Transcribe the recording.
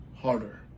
harder